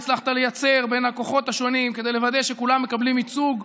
הצלחת לייצר בין הכוחות השונים כדי לוודא שכולם מקבלים ייצוג,